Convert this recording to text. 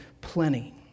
plenty